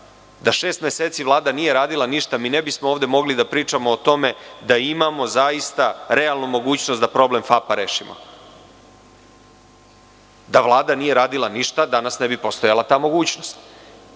da šest meseci Vlada nije radila ništa mi ne bismo ovde mogli da pričamo o tome da imamo zaista realnu mogućnost da problem FAP-a rešimo. Da Vlada nije radila ništa danas ne bi postojala ta mogućnost